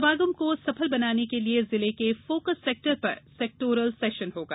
समागम को सफल बनाने के लिये जिले के फोकस सेक्टर पर सेक्टोरल सेशन होगा